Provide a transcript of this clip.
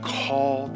call